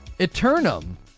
Eternum